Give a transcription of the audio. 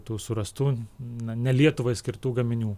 tų surastų na ne lietuvai skirtų gaminių